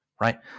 right